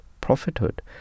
prophethood